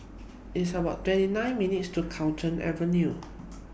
It's about twenty nine minutes' to Carlton Avenue